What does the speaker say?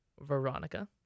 Veronica